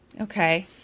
Okay